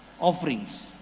offerings